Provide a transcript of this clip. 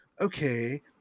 okay